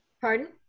Pardon